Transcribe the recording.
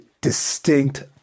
distinct